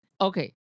Okay